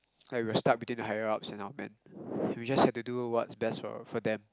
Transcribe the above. like we were stuck between the higher ups and our men we just had to do what's best for for them